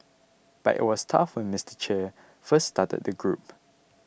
but it was tough when Mister Che first started the group